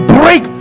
break